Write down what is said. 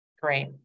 Great